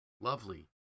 lovely